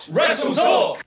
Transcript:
WrestleTalk